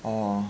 orh